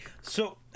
so-